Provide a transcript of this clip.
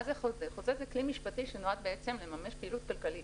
חוזה הוא כלי משפטי שנועד לממש פעילות כלכלית.